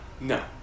No